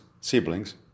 siblings